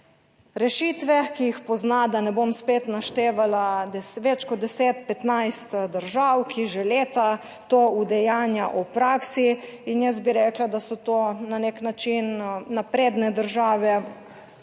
rešitve, ki jih pozna, da ne bom spet naštevala več kot 10, 15 držav, ki že leta to udejanja v praksi in jaz bi rekla, da so to na nek način napredne države,